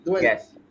Yes